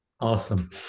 Awesome